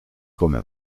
come